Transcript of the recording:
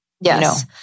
Yes